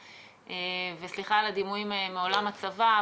סליחה על הדימויים מעולם הצבא,